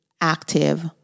active